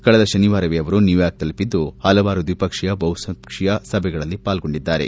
ಕಳೆದ ಶನಿವಾರವೇ ಅವರು ನ್ಲೂಯಾರ್ಕ್ ತಲುಪಿದ್ಲು ಪಲವಾರು ದ್ವಿಪಕ್ಷೀಯ ಬಹುಪಕ್ಷೀಯ ಸಭೆಗಳಲ್ಲಿ ಪಾರ್ಸೊಂಡಿದ್ದಾರೆ